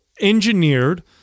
engineered